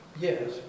Yes